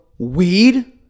weed